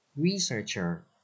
Researcher